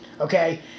Okay